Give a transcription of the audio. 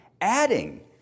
adding